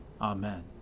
Amen